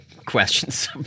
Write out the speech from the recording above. questions